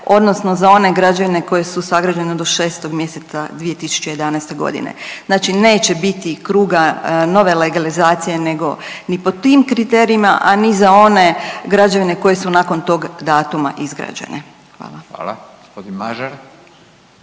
odnosno za one građevine koje su sagrađene do 6. mj. 2011. g. Znači neće biti kruga nove legalizacije nego ni po tim kriterijima, a ni za one građevine koje su nakon tog datuma izgrađene. Hvala. **Radin, Furio